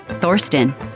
Thorsten